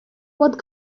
what